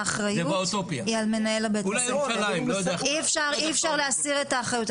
האחריות היא על מנהל בית-הספר אי אפשר להסיר את האחריות.